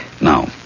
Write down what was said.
Now